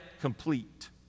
complete